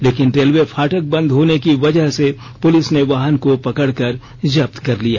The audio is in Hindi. लेकिन रेलवे फाटक बंद होने की वजह से पुलिस ने वाहन को पकड़कर जब्त कर लिया